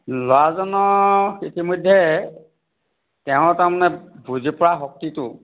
ল'ৰাজনক ইতিমধ্যে তেওঁৰ তাৰমানে বুজি পোৱা শক্তিটো